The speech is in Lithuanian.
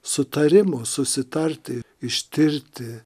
sutarimo susitarti ištirti